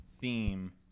theme